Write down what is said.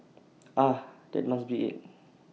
ah that must be IT